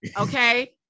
Okay